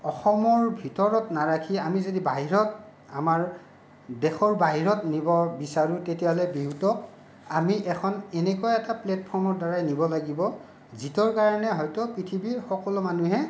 অসমৰ ভিতৰত নাৰাখি আমি যদি বাহিৰত আমাৰ দেশৰ বাহিৰত নিবলৈ বিচাৰোঁ তেতিয়াহ'লে বিহুটো আমি এখন এনেকুৱা এটা প্লেটফৰ্মৰ দ্বাৰাই নিব লাগিব যিটোৰ কাৰণে হয়তো পৃথিৱীৰ সকলো মানুহে